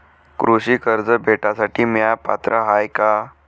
कृषी कर्ज भेटासाठी म्या पात्र हाय का?